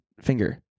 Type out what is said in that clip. Finger